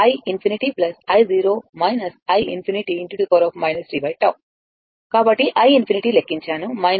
i ∞ i i ∞ e ttau కాబట్టి i∞ లెక్కించాను 1